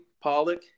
Pollock